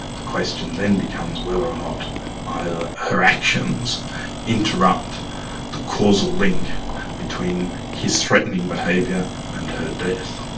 the question then becomes whether or not either her actions interrupt the causal link between his threatening behaviour and her death.